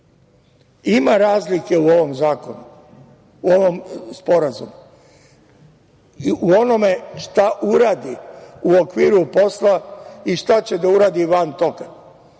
Ima razlike u ovom Sporazumu, u onome šta uradi u okviru posla i šta će da uradi van toga.